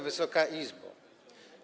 Wysoka Izbo!